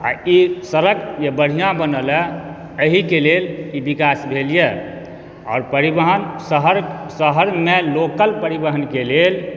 आ ई सड़क जे बढ़िऑं बनला एहिके लेल ई विकास भेल यऽ आओर परिवहन शहर शहर मे लोकल परिवहन के लेल